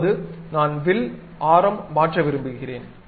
இப்போது நான் வில் ஆரம் மாற்ற விரும்புகிறேன்